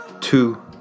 Two